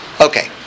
Okay